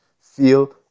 feel